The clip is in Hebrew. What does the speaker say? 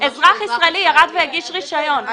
אזרח ישראלי ירד והגיש רישיון.